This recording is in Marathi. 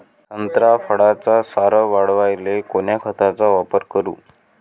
संत्रा फळाचा सार वाढवायले कोन्या खताचा वापर करू?